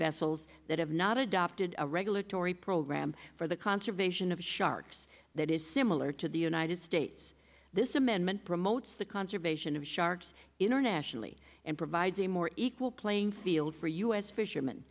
vessels that have not adopted a regulatory program for the conservation of sharks that is similar to the united states this amendment promotes the conservation of sharks internationally and provides a more equal playing field for u s fisherman